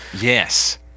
Yes